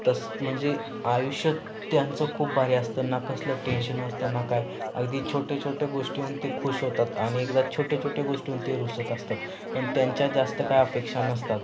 तसं म्हणजे आयुष्य त्यांचं खूप भारी असतं ना कसलं टेन्शन असतं ना काय अगदी छोट्या छोट्या गोष्टी होऊन ते खुश होतात आणि एकदा छोट्या छोट्या गोष्टी ते रुसत असतात पण त्यांच्या जास्त काय अपेक्षा नसतात